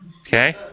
Okay